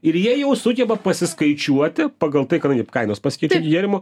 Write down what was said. ir jie jau sugeba pasiskaičiuoti pagal tai kaip kainos pasikeitė gėrimo